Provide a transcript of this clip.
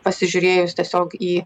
pasižiūrėjus tiesiog į